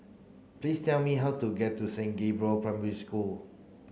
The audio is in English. please tell me how to get to Saint Gabriel Primary School